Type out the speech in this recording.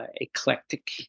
eclectic